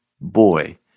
boy